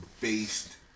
based